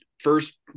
first